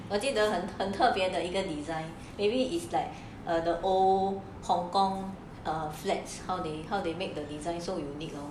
我记得很特别的一个 design maybe it's like the old hong-kong flats how they how they make the design so unique lor